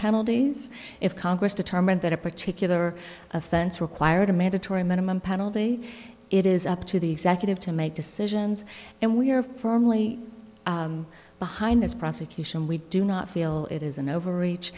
penalties if congress determined that a particular offense required a mandatory minimum penalty it is up to the executive to make decisions and we are firmly behind this prosecution we do not feel it is an overreach